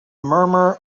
murmur